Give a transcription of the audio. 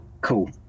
cool